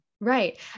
Right